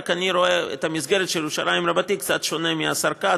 רק אני רואה את המסגרת של ירושלים רבתי קצת שונה מהשר כץ,